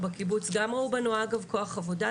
בקיבוץ גם ראו בנו כוח עבודה,